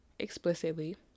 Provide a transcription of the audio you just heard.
explicitly